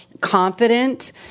confident